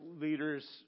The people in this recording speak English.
leaders